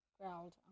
growled